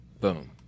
boom